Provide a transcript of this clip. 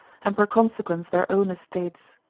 and per consequens their own estates.